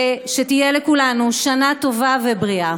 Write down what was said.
שתהיה לכולנו שנה טובה ובריאה.